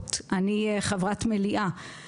אני חברת מליאה,